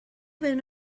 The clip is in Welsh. fewn